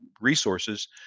resources